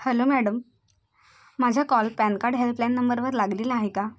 hello madam माझा call PAN card helpline नंबरवर लागलेला आहे का